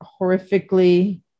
horrifically